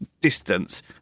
distance